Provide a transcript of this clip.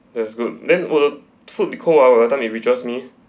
that's good then will the food be cold ah by the time it reaches me